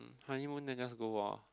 honeymoon then just go walk